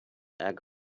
ago